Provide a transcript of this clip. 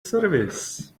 service